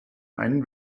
einen